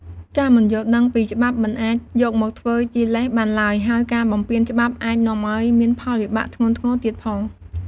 ការមិនយល់ដឹងពីច្បាប់មិនអាចយកមកធ្វើជាលេសបានឡើយ ហើយការបំពានច្បាប់អាចនាំឱ្យមានផលវិបាកធ្ងន់ធ្ងរទៀតផង។